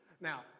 now